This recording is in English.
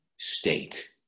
state